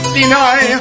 deny